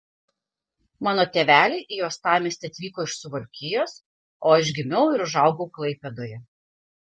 mano tėveliai į uostamiestį atvyko iš suvalkijos o aš gimiau ir užaugau klaipėdoje